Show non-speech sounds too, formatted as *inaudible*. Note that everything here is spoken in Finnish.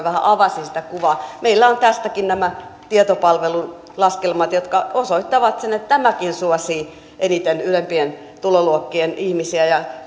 *unintelligible* vähän avasi sitä kuvaa meillä on tästäkin nämä tietopalvelun laskelmat jotka osoittavat sen että tämäkin suosii eniten ylempien tuloluokkien ihmisiä ja